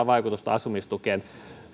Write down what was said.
vaikutusta asumistukeen